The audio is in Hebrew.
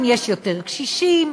אם יש יותר קשישים,